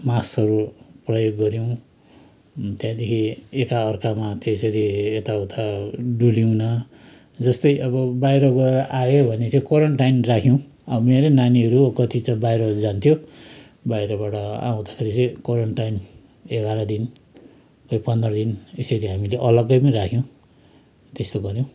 मास्कहरू प्रयोग गऱ्यौँ त्यहाँदेखि एकाअर्कामा त्यसरी यताउता डुल्यौँन जस्तै अब बाहिर गएर आयो भने चाहिँ कोरेन्टाइन राख्यौँ अब मेरै नानीहरू कति छ बाहिर जान्थ्यो बाहिरबाट आउँदाखेरि चाहिँ कोरेन्टाइन एघाह्र दिन कोही पन्ध्र दिन यसरी हामीले अलग्गै पनि राख्यौँ त्यसो गऱ्यौँ